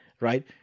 Right